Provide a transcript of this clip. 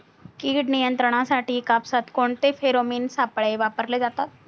कीड नियंत्रणासाठी कापसात कोणते फेरोमोन सापळे वापरले जातात?